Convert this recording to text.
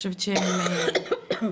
אפרת איתנו?